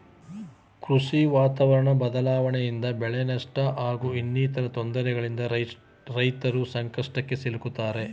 ಕೃಷಿ ವಾತಾವರಣ ಬದ್ಲಾವಣೆಯಿಂದ ಬೆಳೆನಷ್ಟ ಹಾಗೂ ಇನ್ನಿತರ ತೊಂದ್ರೆಗಳಿಂದ ರೈತರು ಸಂಕಷ್ಟಕ್ಕೆ ಸಿಲುಕ್ತಾರೆ